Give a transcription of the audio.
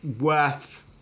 worth